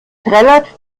trällert